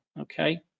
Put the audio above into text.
Okay